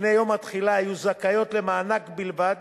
לפני יום התחילה יהיו זכאיות למענק בלבד,